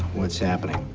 what's happening?